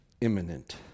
imminent